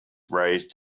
raised